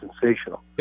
sensational